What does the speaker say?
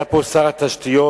היה פה שר התשתיות,